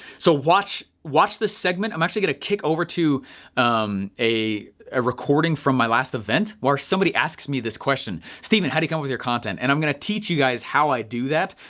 so watch, watch this segment, i'm actually gonna kick over to a ah recording from my last event where somebody asks me this question, stephen, how do you go with your content? and i'm gonna teach you guys how i do that,